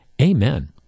amen